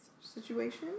situation